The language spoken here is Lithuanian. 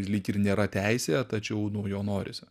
lyg ir nėra teisė tačiau nu jo norisi